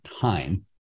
time